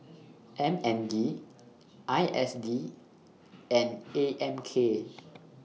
M N D I S D and A M K